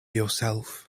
yourself